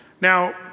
Now